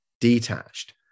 detached